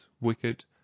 wicked